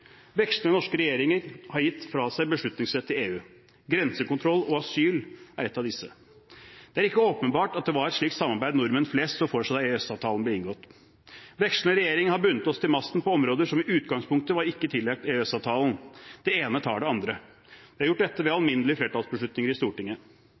norske regjeringer har gitt fra seg beslutningsrett til EU, grensekontroll og asyl er blant disse. Det er ikke åpenbart at det var et slikt samarbeid nordmenn flest så for seg da EØS-avtalen ble inngått. Vekslende regjeringer har bundet oss til masten på områder som i utgangspunktet ikke var tillagt EØS-avtalen – det ene tar det andre. Dette er gjort ved